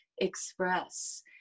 express